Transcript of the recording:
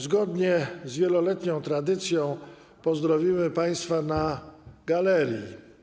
Zgodnie z wieloletnią tradycją pozdrowimy państwa na galerii.